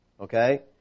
okay